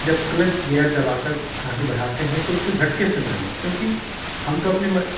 जब clutch gear दबा कर आगे बढ़ते हैं तो उसको झटके से ना ले क्योंकि हम तो अपने